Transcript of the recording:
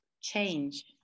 change